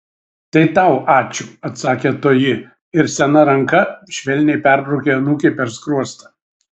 tai tau ačiū atsakė toji ir sena ranka švelniai perbraukė anūkei per skruostą